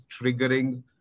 triggering